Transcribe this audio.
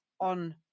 on